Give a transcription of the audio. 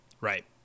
Right